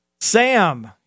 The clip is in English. Sam